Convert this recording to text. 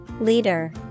leader